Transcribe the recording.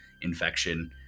infection